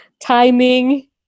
timing